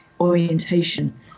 orientation